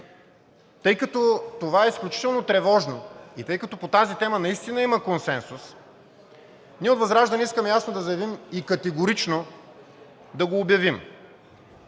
Тъй като това е изключително тревожно и тъй като по тази тема наистина има консенсус, ние от ВЪЗРАЖДАНЕ искаме ясно да заявим и категорично да го обявим: